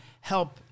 help